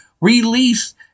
release